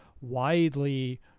widely